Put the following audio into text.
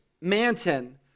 Manton